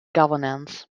governance